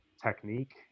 technique